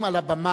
אם על הבמה,